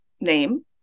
name